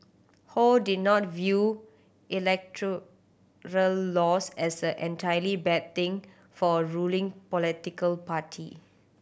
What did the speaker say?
Ho did not view electoral loss as an entirely bad thing for a ruling political party